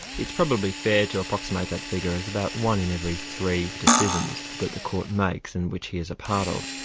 it's probably fair to approximate that figure as about one in every three decisions that the court makes and which he is a part of.